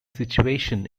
situation